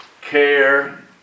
care